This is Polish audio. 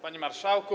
Panie Marszałku!